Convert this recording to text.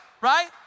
right